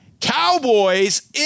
Cowboys